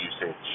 usage